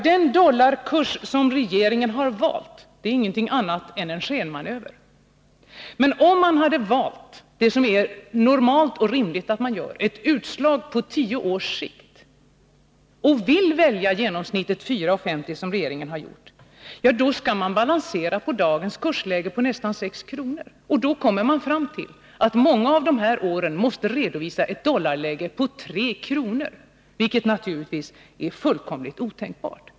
Den dollarkurs som regeringen har valt är ingenting annat än en skenmanöver. Men om man handlar normalt och rimligt och gör ett utslag på tio års sikt och väljer genomsnittet 4:50 kr., vilket regeringen har gjort, skall man balansera på dagens kurs på nästan 6 kr. Då kommer man fram till att många av dessa år måste redovisa en dollarkurs på 3 kr., vilket naturligtvis är fullkomligt otänkbart.